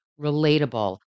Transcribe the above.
relatable